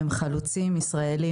הם חלוצים ישראלים,